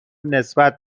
نسبت